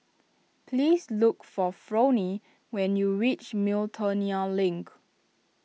please look for Fronnie when you reach Miltonia Link